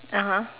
(uh huh)